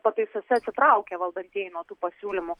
pataisose atsitraukė valdantieji nuo tų pasiūlymų